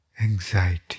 anxiety